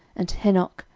and henoch,